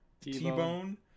T-Bone